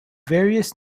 various